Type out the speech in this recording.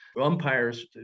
Umpires